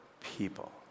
people